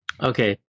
Okay